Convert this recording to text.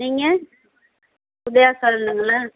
நீங்கள் உதயா சலூனுங்களா